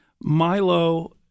Milo